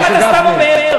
למה אתה סתם אומר?